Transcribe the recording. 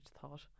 thought